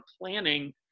planning